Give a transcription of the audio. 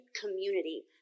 community